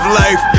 life